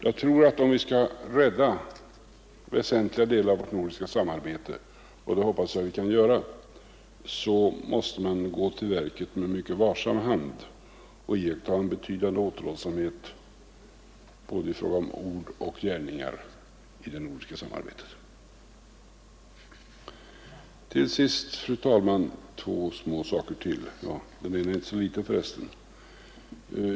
Jag tror att om vi skall kunna rädda väsentliga delar av vårt nordiska samarbete — och det hoppas jag att vi skall kunna göra — måste man gå till verket mycket varsamt och iaktta en betydande återhållsam het både i ord och gärningar i det nordiska samarbetet. Till sist två små saker till, fru talman — den ena är för övrigt inte så liten.